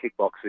kickboxing